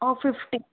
ఒక ఫిఫ్టీ